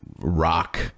rock